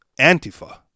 Antifa